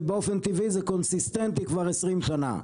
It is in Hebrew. זה באופן טבעי, זה קונסיסטנטי כבר 20 שנים.